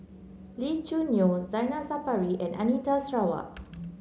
Lee Choo Neo Zainal Sapari and Anita Sarawak